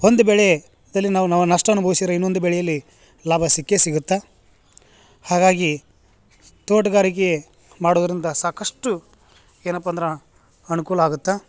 ಒಂದು ಬೆಳೆಯಲ್ಲಿ ನಾವು ನಾವು ನಷ್ಟ ಅನ್ಭವಿಸಿದ್ರೆ ಇನ್ನೊಂದು ಬೆಳೆಯಲ್ಲಿ ಲಾಭ ಸಿಕ್ಕೇ ಸಿಗತ್ತೆ ಹಾಗಾಗಿ ತೋಟಗಾರಿಕೆ ಮಾಡುದರಿಂದ ಸಾಕಷ್ಟು ಏನಪ್ಪ ಅಂದ್ರ ಅನುಕೂಲ ಆಗತ್ತೆ